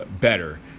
better